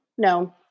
No